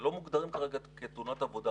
שלא מוגדרים כרגע כתאונות עבודה.